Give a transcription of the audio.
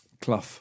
Clough